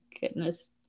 Goodness